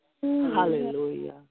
Hallelujah